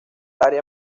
área